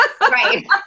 Right